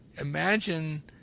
imagine